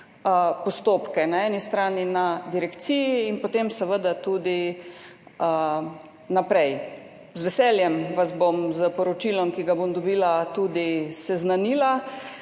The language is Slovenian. postopke na eni strani na direkciji in potem seveda tudi naprej. Z veseljem vas bom s poročilom, ki ga bom dobila, tudi seznanila